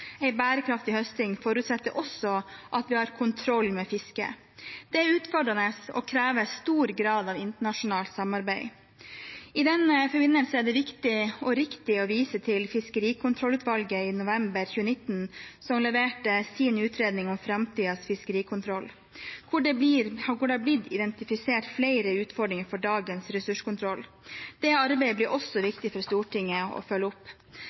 bærekraftig høsting forutsetter også at vi har kontroll med fisket. Det er utfordrende og krever stor grad av internasjonalt samarbeid. I den forbindelse er det viktig og riktig å vise til at fiskerikontrollutvalget i november 2019 leverte sin utredning om framtidens fiskerikontroll, hvor det har blitt identifisert flere utfordringer for dagens ressurskontroll. Det arbeidet blir det også viktig for Stortinget å følge opp.